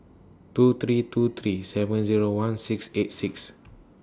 two three two three seven Zero one six eight six